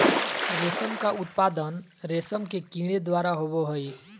रेशम का उत्पादन रेशम के कीड़े द्वारा होबो हइ